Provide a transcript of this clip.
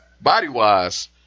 Body-wise